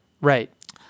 Right